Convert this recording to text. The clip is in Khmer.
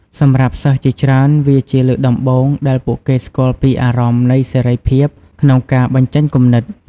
សម្រាប់សិស្សជាច្រើន វាជាលើកដំបូងដែលពួកគេស្គាល់ពីអារម្មណ៍នៃសេរីភាពក្នុងការបញ្ចេញគំនិត។